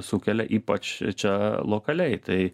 sukelia ypač čia lokaliai tai